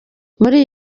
muri